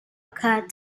occurred